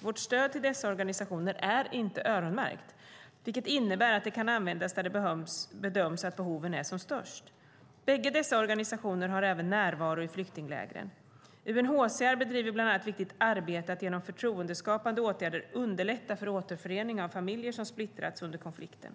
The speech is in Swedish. Vårt stöd till dessa organisationer är inte öronmärkt, vilket innebär att det kan användas där det bedöms att behoven är som störst. Bägge dessa organisationer har även närvaro i flyktinglägren. UNHCR bedriver bland annat det viktiga arbetet att genom förtroendeskapande åtgärder underlätta för återförening av familjer som splittrats under konflikten.